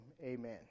amen